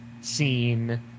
scene